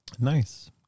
Nice